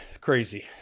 crazy